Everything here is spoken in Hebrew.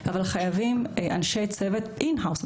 חייבים אנשי צוות אין-האוס,